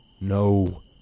No